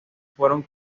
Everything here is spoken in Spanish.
fueron